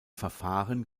verfahren